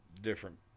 different